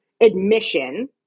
admission